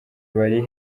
bari